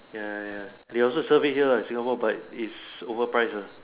ya ya ya ya they also serve it here what Singapore but it's overpriced ah